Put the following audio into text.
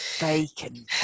bacon